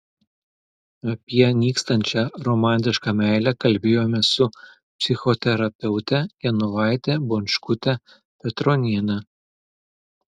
apie nykstančią romantišką meilę kalbėjomės su psichoterapeute genovaite bončkute petroniene